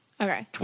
Okay